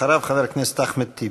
אחריו, חבר הכנסת אחמד טיבי.